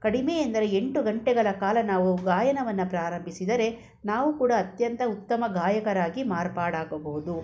ಕಡಿಮೆ ಎಂದರೆ ಎಂಟು ಗಂಟೆಗಳ ಕಾಲ ನಾವು ಗಾಯನವನ್ನು ಪ್ರಾರಂಭಿಸಿದರೆ ನಾವು ಕೂಡ ಅತ್ಯಂತ ಉತ್ತಮ ಗಾಯಕರಾಗಿ ಮಾರ್ಪಾಡಾಗಬಹುದು